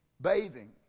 bathing